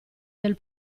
del